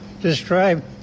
describe